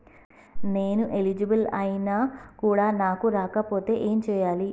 నేను ఎలిజిబుల్ ఐనా కూడా నాకు రాకపోతే ఏం చేయాలి?